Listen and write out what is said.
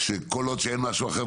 שכל עוד שאין משהו אחר,